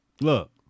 Look